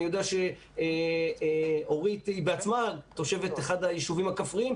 אני יודע שאפרת היא בעצמה תושבת אחד היישובים הכפריים,